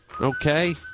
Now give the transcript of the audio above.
Okay